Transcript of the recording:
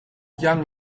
young